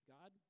God